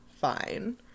fine